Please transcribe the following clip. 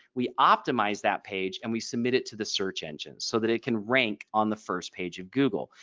we optimize that page and we submit it to the search engine so that it can rank on the first page of google.